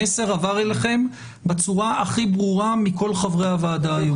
המסר עבר אליהם בצורה הכי ברורה מכל חברי הוועדה היום.